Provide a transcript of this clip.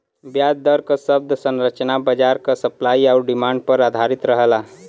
ब्याज दर क शब्द संरचना बाजार क सप्लाई आउर डिमांड पर आधारित रहला